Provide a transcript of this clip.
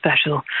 special